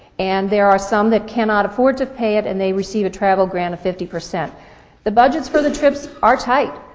and there are some that cannot afford to pay it and they receive a travel grant of fifty. the budgets for the trips are tight,